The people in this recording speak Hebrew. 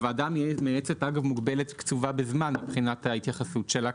הוועדה המייעצת מוגבלת וקצובה בזמן מבחינת ההתייחסות שלה.